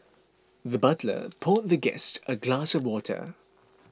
the butler poured the guest a glass of water